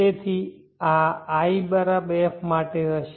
તેથી આ i f માટે હશે